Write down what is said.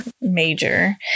major